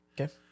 Okay